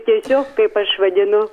tiesiog taip aš vadinu